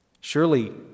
Surely